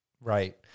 right